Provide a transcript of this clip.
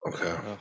Okay